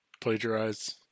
plagiarized